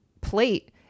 plate